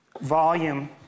volume